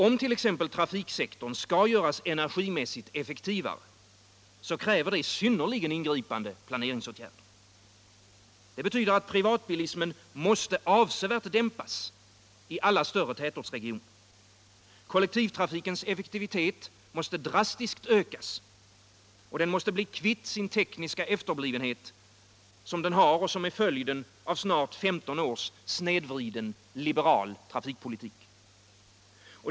Om t.ex. trafiksektorn skall göras energimässigt effektivare kräver det synnerligen ingripande planeringsåtgärder. Det betyder att privatbilismen måste avsevärt dämpas i alla större tätortsregioner. Kollektivtrafikens effektivitet måste drastiskt ökas och kollektivtrafiken måste bli kvitt sin tekniska efterblivenhet, som är följden av snart 15 års snedvriden liberal trafikpolitik.